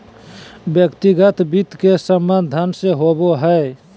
व्यक्तिगत वित्त के संबंध धन से होबो हइ